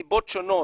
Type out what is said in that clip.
בשל סיבות שונות,